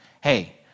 hey